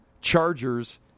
Chargers